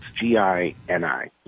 G-I-N-I